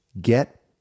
Get